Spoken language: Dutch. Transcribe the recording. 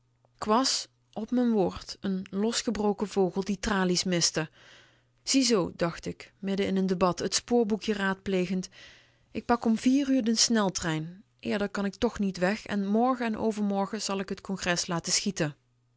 k was op m'n woord n losgebroken vogel die de tralies miste ziezoo dacht k midden in n debat t spoorboekje raadplegend ik pak om vier uur den sneltrein eerder kan ik toch niet weg en morgen en overmorgen zal ik t congres laten schieten